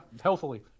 healthily